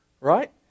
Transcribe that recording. Right